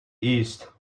east